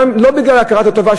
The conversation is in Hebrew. לא בגלל הכרת הטובה,